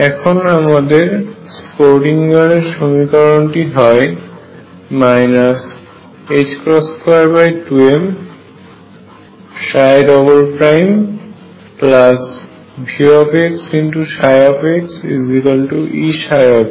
এখন আমাদের স্ক্রোডিঙ্গারের সমীকরণটিSchrödinger equation হয় 22mψVxxEψx